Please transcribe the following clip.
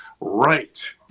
right